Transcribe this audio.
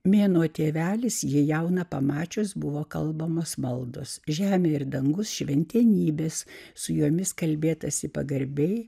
mėnuo tėvelis jį jauną pamačius buvo kalbamos maldos žemė ir dangus šventenybės su jomis kalbėtasi pagarbiai